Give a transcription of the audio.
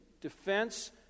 defense